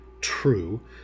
true